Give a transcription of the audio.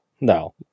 No